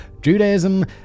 Judaism